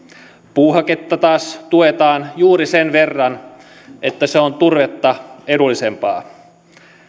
puuhaketta taas tuetaan juuri sen verran että se on turvetta edullisempaa